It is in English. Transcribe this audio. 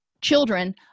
children